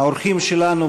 האורחים שלנו,